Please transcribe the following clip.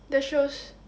that shows